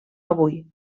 avui